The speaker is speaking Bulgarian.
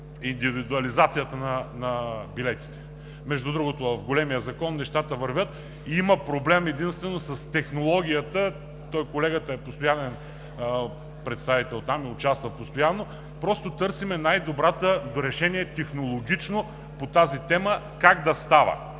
индивидуализацията на билетите. В големия закон нещата вървят и има проблем единствено с технологията. Колегата е постоянен представител там и участва постоянно, просто търсим най-доброто технологично решение по тази тема: как да става